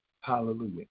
Hallelujah